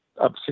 up